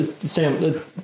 Sam